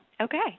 okay